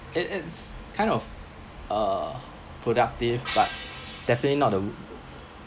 it it's kind of uh productive but definitely not the